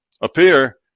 appear